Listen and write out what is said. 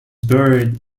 buried